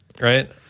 right